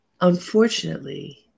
Unfortunately